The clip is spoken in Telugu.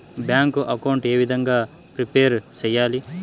బ్యాంకు అకౌంట్ ఏ విధంగా ప్రిపేర్ సెయ్యాలి?